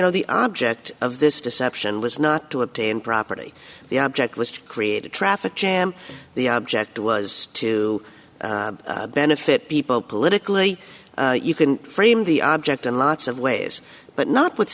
know the object of this deception was not to obtain property the object was to create a traffic jam the object was to benefit people politically you can frame the object in lots of ways but notwith